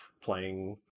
playing